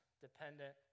dependent